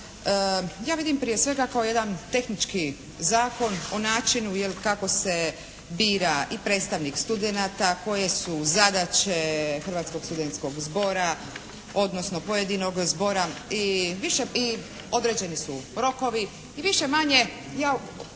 ja vidim prije svega kao jedan tehnički zakon o načinu kako se bira i predstavnik studenata, koje su zadaće hrvatskog studentskog zbora odnosno pojedinog zbora i određeni su rokovi, i više-manje